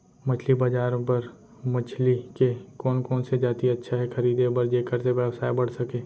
मछली बजार बर मछली के कोन कोन से जाति अच्छा हे खरीदे बर जेकर से व्यवसाय बढ़ सके?